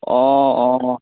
অ অ অ